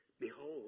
Behold